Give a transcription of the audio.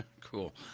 cool